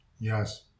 Yes